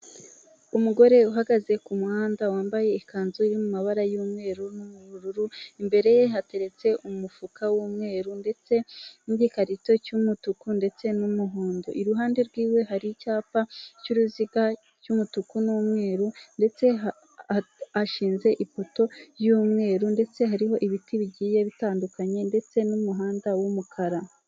Umugore uhagaze ku muhanda wambaye ikanzu iri mu mabara y'umweru n'ubururu, imbere ye hateretse umufuka w'umweru ndetse n'igikarito cy'umutuku ndetse n'umuhondo. Iruhande rw'iwe hari icyapa cy'uruziga cy'umutuku n'umweru, ndetse hashinze ipoto y'umweru ndetse hariho ibiti bigiye bitandukanye, ndetse n'umuhanda w'umukara.